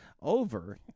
over